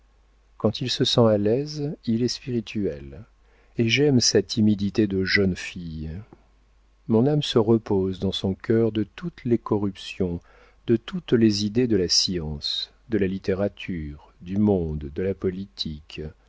quand il se sent à l'aise il est spirituel et j'aime sa timidité de jeune fille mon âme se repose dans son cœur de toutes les corruptions de toutes les idées de la science de la littérature du monde de la politique